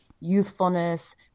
youthfulness